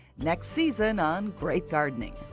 next season on great gardening.